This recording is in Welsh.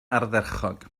ardderchog